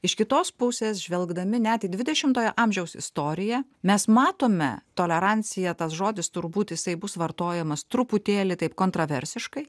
iš kitos pusės žvelgdami net į dvidešimtojo amžiaus istoriją mes matome tolerancija tas žodis turbūt jisai bus vartojamas truputėlį taip kontroversiškai